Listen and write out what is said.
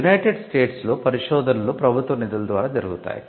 United States లో పరిశోధనలు ప్రభుత్వ నిధుల ద్వారా జరుగుతాయి